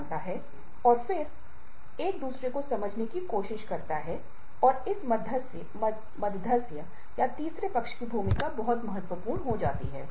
जिसके परिणामस्वरूप अधिक समय काम पर खर्च होता है और साथ ही साथ दुनिया में न केवल गुणवत्ता की तलाश होती है बल्कि पूर्णता भी होती है